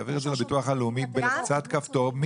יעביר את זה לביטוח הלאומי בלחיצה כפתור,